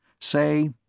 Say